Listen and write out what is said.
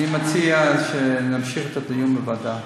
אני מציע שנמשיך את הדיון בוועדה.